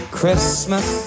Christmas